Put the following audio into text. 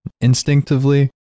instinctively